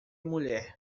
mulher